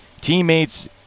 teammates